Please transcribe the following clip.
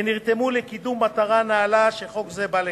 ונרתמו לקידום מטרה נעלה שחוק זה בא לקדם.